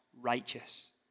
righteous